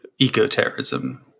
Ecoterrorism